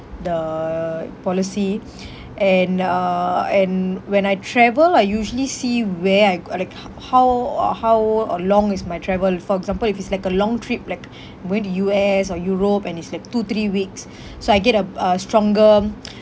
the policy and uh and when I travel I usually see where I g~ uh like ho~ how or how uh long is my travel for example if it's like a long trip like going to U_S or europe and it's like two three weeks so I get a a stronger